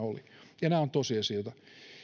oli ja nämä ovat tosiasioita